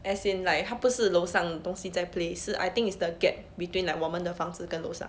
as in like 他不是楼上的东西在 play I think is the gap between like 我们的房子跟楼上